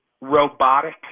robotic